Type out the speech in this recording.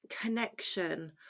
connection